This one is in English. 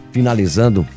Finalizando